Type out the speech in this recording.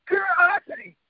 Curiosity